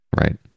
Right